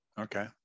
Okay